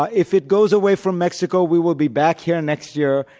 ah if it goes away from mexico we will be back here next year,